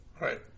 Right